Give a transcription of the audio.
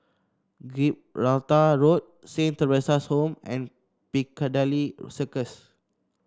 Gibraltar Road Saint Theresa's Home and Piccadilly Circus